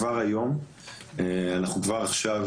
כבר עכשיו